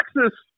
Texas